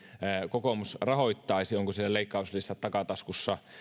kokoomus rahoittaisi onko siellä leikkauslistat takataskussa